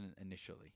initially